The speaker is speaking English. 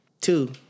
Two